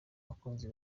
abakunzi